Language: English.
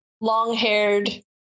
long-haired